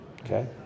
okay